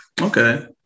Okay